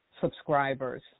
subscribers